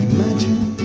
Imagine